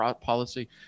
policy